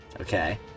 Okay